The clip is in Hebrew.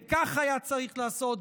וכך היה צריך לעשות.